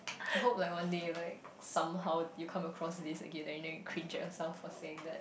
I hope like one day like somehow you come across this again and then you cringe yourself for saying that